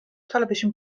television